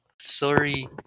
sorry